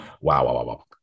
wow